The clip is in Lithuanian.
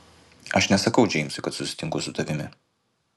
aš nesakau džeimsui kad susitinku su tavimi